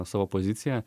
savo poziciją